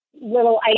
little